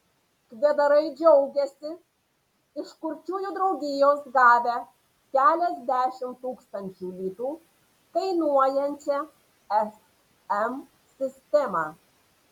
kvedarai džiaugiasi iš kurčiųjų draugijos gavę keliasdešimt tūkstančių litų kainuojančią fm sistemą